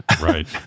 Right